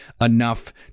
enough